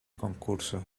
concurso